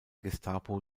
gestapo